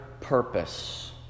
purpose